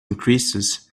increases